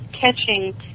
catching